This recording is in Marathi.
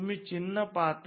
तुम्ही चिन्ह पाहता